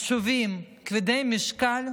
חשובים, כבדי משקל,